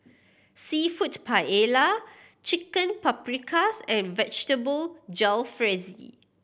Seafood Paella Chicken Paprikas and Vegetable Jalfrezi